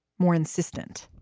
more insistent